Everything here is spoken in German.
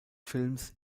films